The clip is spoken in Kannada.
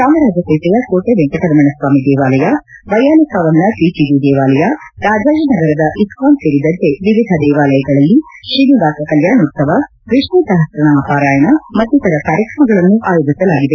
ಚಾಮರಾಜಪೇಟೆಯ ಕೋಟೆ ವೆಂಕಟರಮಣಸ್ವಾಮಿ ದೇವಾಲಯ ವೈಯಾಲಿಕಾವಲ್ನ ಟಿಟಿಡಿ ದೇವಾಲಯ ರಾಜಾಜಿನಗರದ ಇಸ್ಕಾನ್ ಸೇರಿದಂತೆ ವಿವಿಧ ದೇವಾಲಯಗಳಲ್ಲಿ ಶ್ರೀನಿವಾಸ ಕಲ್ಕಾಣೋತ್ಸವ ವಿಷ್ಣು ಸಪಶ್ರನಾಮ ಪಾರಾಯಣ ಮತ್ತಿತರ ಕಾರ್ಯಕ್ರಮಗಳನ್ನು ಆಯೋಜಿಸಲಾಗಿದೆ